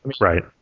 Right